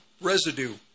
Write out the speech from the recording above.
residue